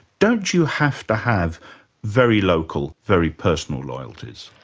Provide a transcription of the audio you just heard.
don't you have to have very local, very personal loyalties?